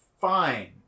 fine